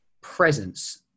presence